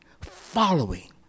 following